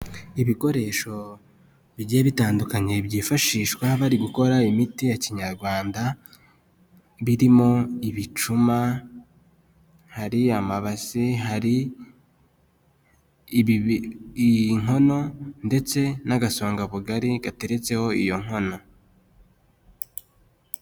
Ibikoresho bigiye bitandukanye byifashishwa bari gukora imiti ya kinyarwanda birimo ibicuma, hari amabasi hari inkono ndetse n'agasongabugari gateretseho iyo nkono.